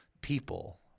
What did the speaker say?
People